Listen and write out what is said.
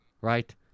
right